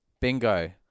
Bingo